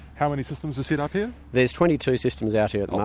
how many systems are set up here? there's twenty two systems out here at